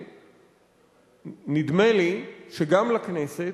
שנדמה לי שגם לכנסת,